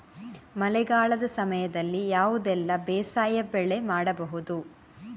ಮಳೆಗಾಲದ ಸಮಯದಲ್ಲಿ ಯಾವುದೆಲ್ಲ ಬೇಸಾಯ ಬೆಳೆ ಮಾಡಬಹುದು?